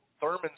Thurman